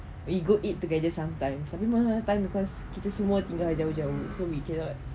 we go eat together sometimes tapi macam sometimes cause semua tinggal jauh-jauh so we cannot